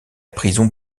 prison